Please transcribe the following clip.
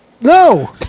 No